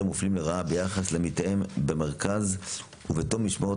מופלים לרעה ביחס לעמיתיהם במרכז ובתום משמרות